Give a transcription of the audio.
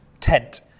tent